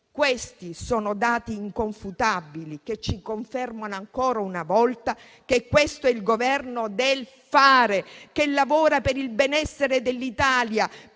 Questi sono dati inconfutabili, che confermano ancora una volta che questo è il Governo del fare, che lavora per il benessere dell'Italia,